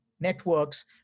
Networks